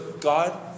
God